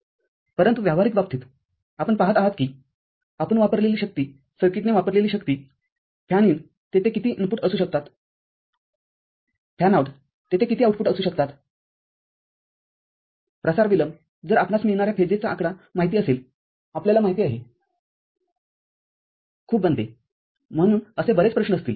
परंतु व्यावहारिक बाबतीत आपण पहात आहात की आपण वापरलेली शक्ती सर्किटनेवापरलेली शक्तीफॅन इन तिथे किती इनपुटअसू शकतातफॅन आऊट तिथे किती आऊटपुटअसू शकतातप्रसार विलंब जर आपणास मिळणाऱ्या फेजेसचाआकडा माहिती असेल आपल्याला माहिती आहे खूप बनते म्हणून असे बरेच प्रश्न असतील